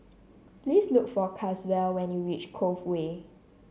please look for Caswell when you reach Cove Way